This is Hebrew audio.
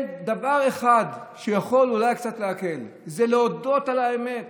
דבר אחד שיכול אולי קצת להקל, זה להודות על האמת